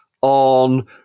on